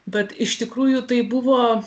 bet iš tikrųjų tai buvo